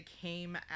came